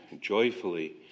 joyfully